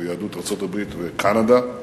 או יהדות ארצות-הברית וקנדה,